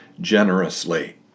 generously